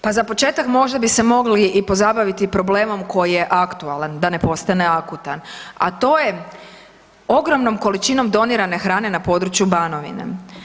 Pa za početak možda bi se mogli i pozabaviti problemom koji je aktualan da ne postane akutan, a to je ogromnom količinom donirane hrane na području Banovine.